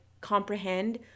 comprehend